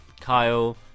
Kyle